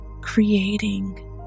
creating